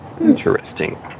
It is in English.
Interesting